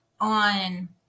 on